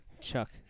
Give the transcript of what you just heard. chuck